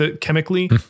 Chemically